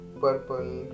purple